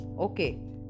Okay